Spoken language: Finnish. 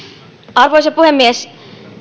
arvoisa puhemies